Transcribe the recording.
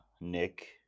Nick